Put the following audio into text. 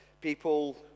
People